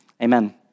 amen